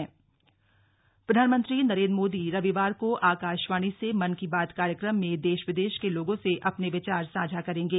मन की बात प्रधानमंत्री नरेन्द्र मोदी रविवार को आकाशवाणी से मन की बात कार्यक्रम में देश विदेश के लोगों से अपने विचार साझा करेंगे